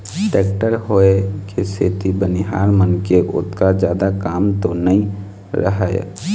tractor होय के सेती बनिहार मन के ओतका जादा काम तो नइ रहय